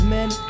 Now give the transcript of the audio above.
Men